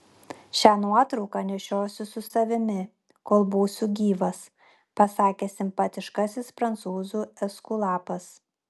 šią nuotrauką nešiosiu su savimi kol būsiu gyvas pasakė simpatiškasis prancūzų eskulapas